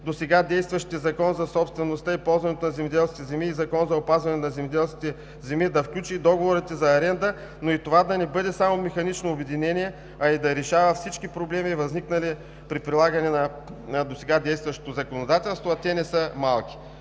досега действащите Закон за собствеността и ползването на земеделските земи и Закона за опазване на земеделските земи, да включи и договорите за аренда, да не бъде само механично обединение, а и да решава всички проблеми, възникнали при прилагане на досега действащото законодателство, а те не са малко.